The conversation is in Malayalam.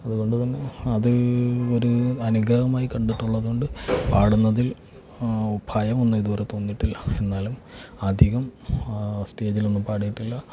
അതുകൊണ്ടുതന്നെ അത് ഒരു അനുഗ്രഹമായി കണ്ടിട്ടുള്ളതുകൊണ്ട് പാടുന്നതിൽ ഭയമൊന്നും ഇതുവരെ തോന്നിയിട്ടില്ല എന്നാലും അധികം സ്റ്റേജിലൊന്നും പാടിയിട്ടില്ല